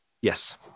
Yes